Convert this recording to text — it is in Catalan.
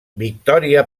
victòria